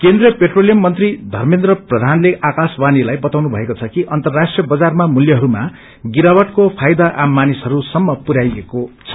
केन्द्रीय पेट्रोलियम मंत्री थमेन्द्र प्रधानले आकाशवाणीलाई बताउनु भएको छ कि अर्न्तराष्ट्रीय बाजारमा मूल्यहरूमा गिरावटको फायदा आम मानिसहरूसम्म पुर्याइएको छ